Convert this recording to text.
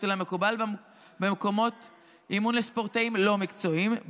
למקובל במקומות אימון לספורטאים לא מקצועיים,